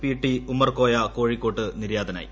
P T Ummerkoya Kozhikode നിര്യാതനായി